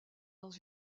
dans